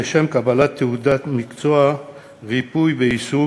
לשם קבלת תעודת מקצוע בריפוי בעיסוק,